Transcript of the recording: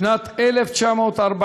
בשנת 1944,